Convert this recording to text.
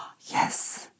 yes